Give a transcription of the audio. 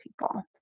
people